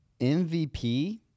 MVP